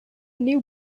new